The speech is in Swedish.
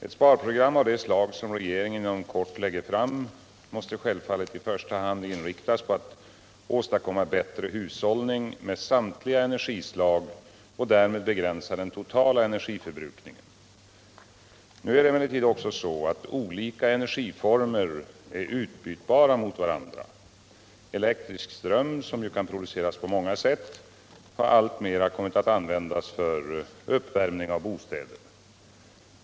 Ett sparprogram av det slag som regeringen inom kort lägger fram måste självfallet i första hand inriktas på att åstadkomma bättre hushållning med samtliga energislag och därmed begränsa den totala energiförbrukningen. Nu är det emellertid också så, att olika energiformer är utbytbara mot varandra. Elektrisk ström, som ju kan produceras på många sätt, har alltmera kommit att användas för uppvärmning av bostäder.